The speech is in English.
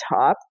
top